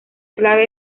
clave